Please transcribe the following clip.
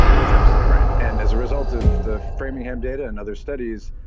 that's absolutely right, and as a result of the framingham data and other studies,